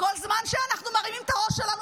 וכל זמן שאנחנו מרימים את הראש שלנו